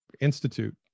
institute